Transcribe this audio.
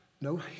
no